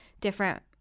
different